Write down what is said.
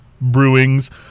Brewing's